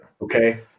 Okay